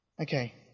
Okay